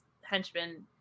henchmen